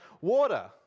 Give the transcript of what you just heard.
water